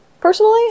personally